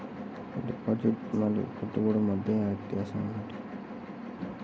Deposit మరియు పెట్టుబడి మధ్య వ్యత్యాసం ఏమిటీ?